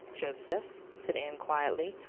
joseph, said anne quietly,